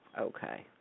Okay